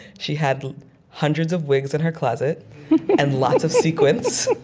she had hundreds of wigs in her closet and lots of sequins,